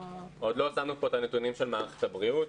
עוד לא שמנו את הנתונים של מערכת הבריאות.